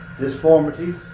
deformities